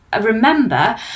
remember